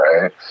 right